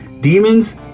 demons